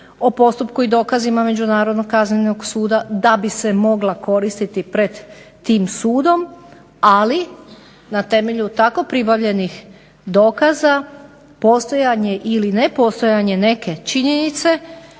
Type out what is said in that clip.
o postupku i dokazima Međunarodnog kaznenog suda da bi se mogla koristiti pred tim sudom, ali na temelju tako pribavljenih dokaza postojanje ili nepostojanje neke činjenice